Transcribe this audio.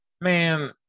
Man